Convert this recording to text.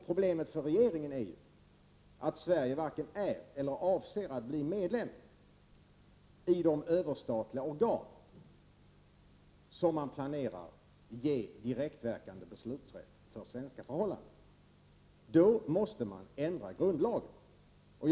Problemet för regeringen är att Sverige varken är eller avser att bli medlem i de överstatliga organ som man planerar att ge direktverkande beslutsrätt över svenska förhållanden. För att kunna göra det måste man ändra grundlagen.